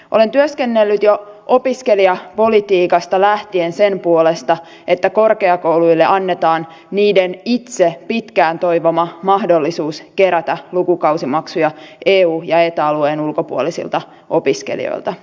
olen työskennellyt jo opiskelijapolitiikasta lähtien sen puolesta että korkeakouluille annetaan niiden itse pitkään toivoma mahdollisuus kerätä lukukausimaksuja eu ja eta alueen ulkopuolisilta opiskelijoilta